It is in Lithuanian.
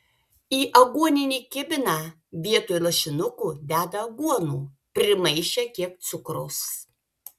į aguoninį kibiną vietoj lašinukų deda aguonų primaišę kiek cukraus